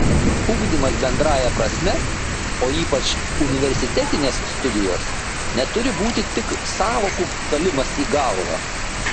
ugdymas bendrąja prasme o ypač universitetinės studijos neturi būti tik sąvokų kalimas į galvą